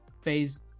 Phase